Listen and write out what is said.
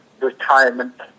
Retirement